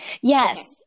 yes